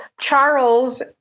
Charles